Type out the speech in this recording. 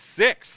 six